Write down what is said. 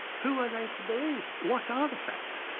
who are they to believe, what are the facts?